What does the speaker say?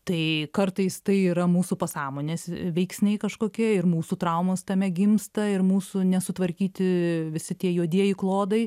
tai kartais tai yra mūsų pasąmonės veiksniai kažkokie ir mūsų traumos tame gimsta ir mūsų nesutvarkyti visi tie juodieji klodai